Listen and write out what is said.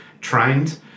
trained